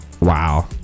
wow